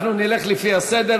אנחנו נלך לפי הסדר.